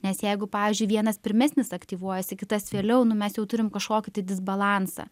nes jeigu pavyzdžiui vienas pirmesnis aktyvuojasi kitas vėliau nu mes jau turim kažkokį tai disbalansą